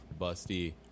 busty